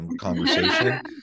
conversation